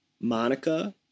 Monica